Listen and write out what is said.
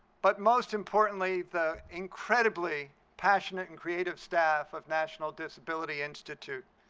but most importantly the incredibly passionate and creative staff of national disability institute.